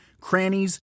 crannies